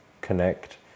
connect